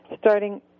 starting